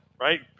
right